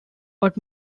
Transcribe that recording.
but